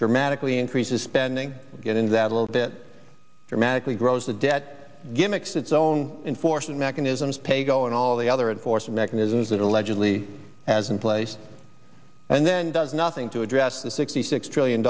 dramatically increases spending get in that little bit dramatically grows the debt gimmicks its own enforcing mechanisms paygo and all the other add force mechanisms that allegedly has in place and then does nothing to address the sixty six trillion